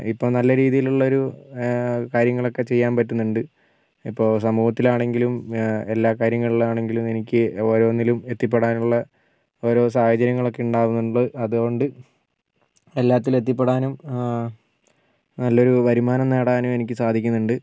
ഇപ്പോൾ നല്ല രീതിയിലുള്ളൊരു കാര്യങ്ങളൊക്കെ ചെയ്യാൻ പറ്റുന്നുണ്ട് ഇപ്പോൾ സമൂഹത്തിലാണെങ്കിലും എല്ലാ കാര്യങ്ങളിലാണെങ്കിലും എനിക്ക് ഓരോന്നിലും എത്തിപ്പെടാനുള്ള ഓരോ സാഹചര്യങ്ങളൊക്കെ ഉണ്ടാവുന്നുണ്ട് അതുകൊണ്ട് എല്ലാത്തിലും എത്തിപ്പെടാനും നല്ലൊരു വരുമാനം നേടാനും എനിക്ക് സാധിക്കുന്നുണ്ട്